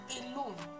alone